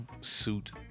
suit